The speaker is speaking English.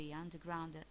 underground